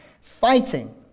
fighting